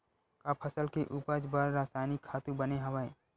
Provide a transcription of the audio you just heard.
का फसल के उपज बर रासायनिक खातु बने हवय?